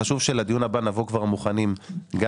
חשוב שלדיון הבא נבוא כבר מוכנים גם